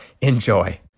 Enjoy